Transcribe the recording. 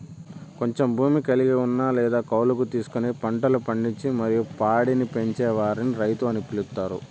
కొంచెం భూమి కలిగి ఉన్న లేదా కౌలుకు తీసుకొని పంటలు పండించి మరియు పాడిని పెంచే వారిని రైతు అని పిలుత్తారు